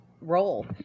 role